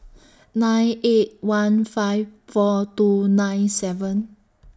nine eight one five four two nine seven